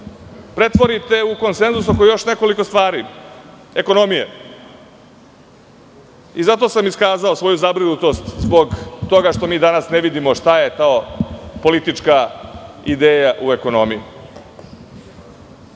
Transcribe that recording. pretvorite u konsenzus oko još jedne stvari, oko ekonomije i zato sam iskazao svoju zabrinutost, zbog toga što mi danas ne vidimo šta je politička ideja u ekonomiji. Problem